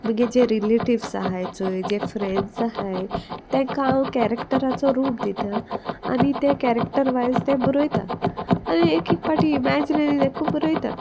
मुगे जे रिलेटिव्स आहाय चोय जे फ्रेंड्स आहाय तेंका हांव कॅरेक्टराचो रूप दितां आनी ते कॅरेक्टर वायज ते बोरोयता आनी एक एक पाटी इमॅजिने देकू बोरोयता